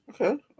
Okay